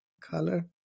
color